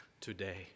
today